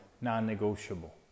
non-negotiable